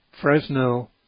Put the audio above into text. Fresno